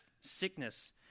sickness